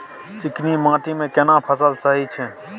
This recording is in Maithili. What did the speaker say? चिकनी माटी मे केना फसल सही छै?